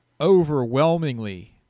overwhelmingly